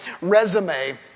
resume